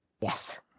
Yes